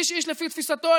איש-איש לפי תפיסתו.